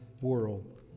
world